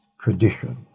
tradition